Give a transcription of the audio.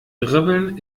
dribbeln